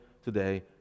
today